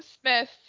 Smith